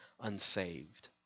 unsaved